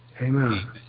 Amen